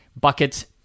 buckets